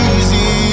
Easy